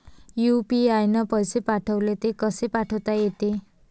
UPI न पैसे पाठवले, ते कसे पायता येते?